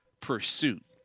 pursuit